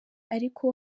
ariko